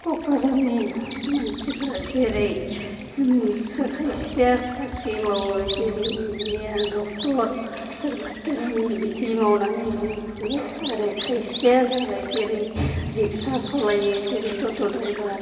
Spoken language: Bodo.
क'क्राजारनि मानसिफोरा जेरै खायसेया साख्रि मावो जेरै इन्जिनियार डक्ट'र सोरबा केरानि बिदि मावनानै जिउ खुङो आरो खायसेया जाबाय जेरै रिक्सा सलायो जेरै तत' द्राइभार